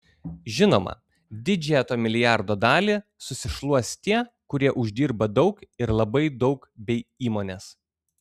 žinoma didžiąją to milijardo dalį susišluos tie kurie uždirba daug ir labai daug bei įmonės